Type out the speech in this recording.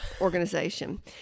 organization